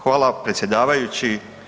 Hvala predsjedavajući.